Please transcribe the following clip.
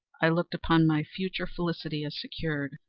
i looked upon my future felicity as secured.